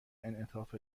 انعطاف